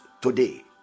today